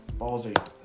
Ballsy